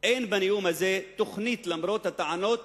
אין בנאום הזה תוכנית, למרות הטענות